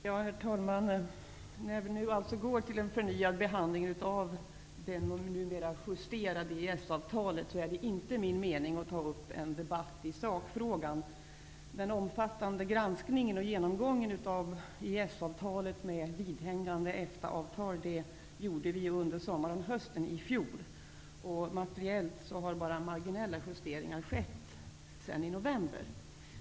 Herr talman! När vi nu går till en förnyad behandling av det numera justerade EES-avtalet är det inte min mening att ta upp en debatt i sakfrågan. Den omfattande granskningen och genomgången av EES-avtalet med vidhängande EFTA-avtal gjorde vi under sommaren och hösten i fjol. Materiellt har bara marginella justeringar skett sedan i november.